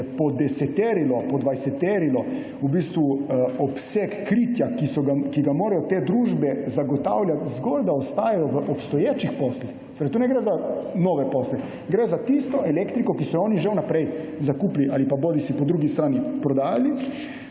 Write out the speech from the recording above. podeseteril, podvajseteril obseg kritja, ki ga morajo te družbe zagotavljati zgolj zato, da ostajajo v obstoječih poslih, ker tu ne gre za nove posle, gre za tisto elektriko, ki so jo oni že vnaprej zakupili ali pa po drugi strani prodajali,